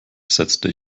setzte